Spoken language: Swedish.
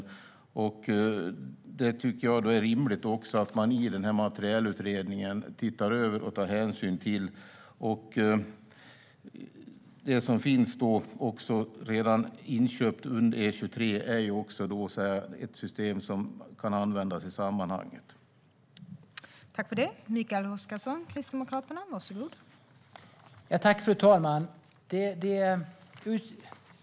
Då tycker jag också att det är rimligt att man i Materielutredningen tittar över och tar hänsyn till att UndE 23, som också är ett system som kan användas i sammanhanget, redan finns inköpt.